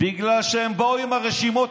בגלל שהם באו עם הרשימות,